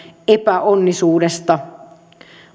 epäonnisuudesta